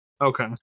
Okay